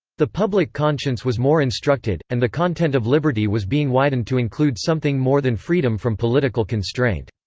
the public conscience was more instructed, and the content of liberty was being widened to include something more than freedom from political constraint.